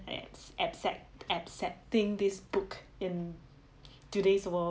that's exact accepting this book in today's world